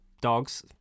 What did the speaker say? dogs